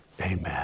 amen